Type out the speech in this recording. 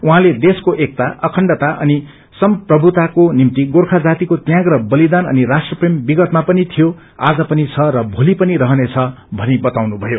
उहाँले देशको एकता अखण्डता अनि सम्प्रभुताको निम्ति गोर्खा जातिको त्याग र बलिदान अनि राष्ट्र प्रेम विगतमा पनि थियो आज पनि छ र भोली पनि रहने छ भनि बताउनु भयो